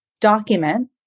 document